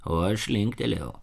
o aš linktelėjau